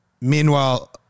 Meanwhile